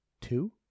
two